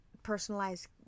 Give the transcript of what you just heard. personalized